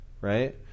Right